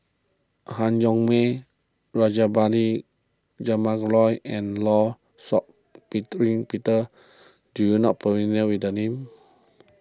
Han Yong May Rajabali Jumabhoy and Law Shau Peter do you not familiar with the names